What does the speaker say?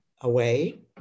away